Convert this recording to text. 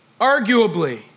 Arguably